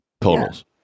totals